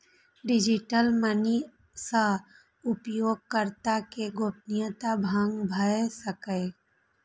digital money सं उपयोगकर्ता के गोपनीयता भंग भए सकैए